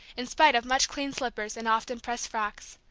in spite of much-cleaned slippers and often-pressed frocks.